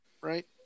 right